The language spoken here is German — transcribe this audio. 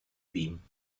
wien